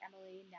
Emily